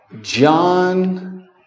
John